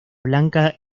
blanca